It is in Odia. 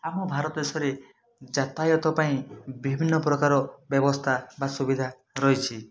ଆମ ଭାରତ ଦେଶରେ ଯାତାୟତ ପାଇଁ ବିଭିନ୍ନ ପ୍ରକାର ବ୍ୟବସ୍ଥା ବା ସୁବିଧା ରହିଛି